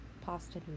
pasta